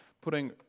Putting